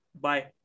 Bye